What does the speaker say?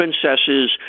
princesses